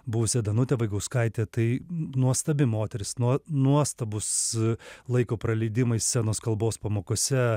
buvusią danutę vaigauskaitę tai nuostabi moteris nuo nuostabus laiko praleidimai scenos kalbos pamokose